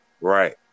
Right